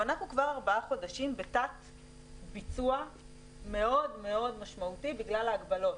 אנחנו כבר ארבעה חודשים בתת-ביצוע מאוד מאוד משמעותי בגלל ההגבלות.